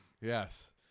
Yes